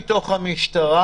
מפני שכאשר ינקי רוזנברג נפצע,